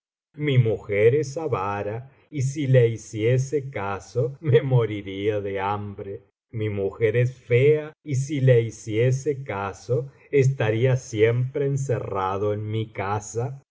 mi mujer es avara y si la luciese caso me moriría de hambre mi mujer es fea y si la hiciese caso estaría siempre encerrado en mi casa